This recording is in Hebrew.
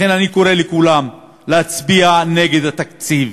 לכן, אני קורא לכולם להצביע נגד התקציב.